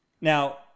Now